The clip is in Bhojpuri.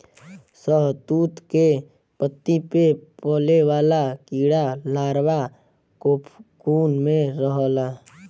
शहतूत के पत्ती पे पले वाला कीड़ा लार्वा कोकून में रहला